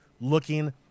looking